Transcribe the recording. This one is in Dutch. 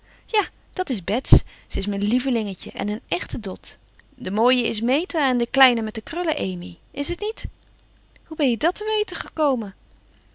ja dat is bets ze is mijn lievelingetje en een echte dot de mooie is meta en de kleine met de krullen amy is t niet hoe ben je dat te weten gekomen